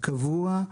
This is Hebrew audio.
קבוע,